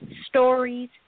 stories